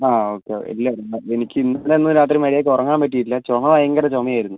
അ okay ഇല്ല എനിക്ക് ഇന്നലെ ഒന്നും രാത്രി മര്യാദയ്ക്ക് ഉറങ്ങാൻ പറ്റിയില്ല ചുമ ഭയങ്കര ചു മയായിരുന്നു